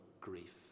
grief